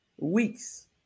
weeks